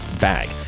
bag